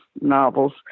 novels